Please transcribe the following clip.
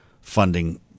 funding